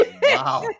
Wow